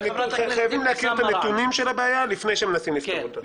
חייבים להכיר את הנתונים של הבעיה לפני שמנסים לפתור אותה.